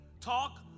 talk